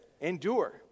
Endure